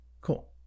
Cool